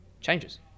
changes